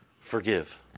Forgive